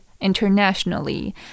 internationally